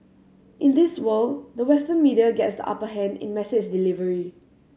in this world the Western media gets the upper hand in message delivery